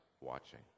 watching